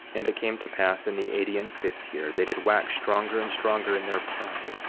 and it came to pass in the eighty and fifth year they did wax stronger and stronger in their pride,